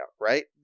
right